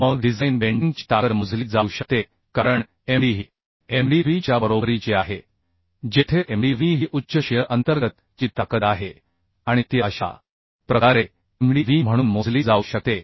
मग design bending ची ताकद मोजली जाऊ शकते कारण Md ही Mdv च्या बरोबरीची आहे जेथे Mdv ही उच्च शिअर अंतर्गत ची ताकद आहे आणि ती अशा प्रकारे Mdv म्हणून मोजली जाऊ शकते